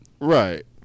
Right